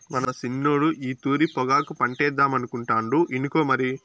మన సిన్నోడు ఈ తూరి పొగాకు పంటేద్దామనుకుంటాండు ఇనుకో మరి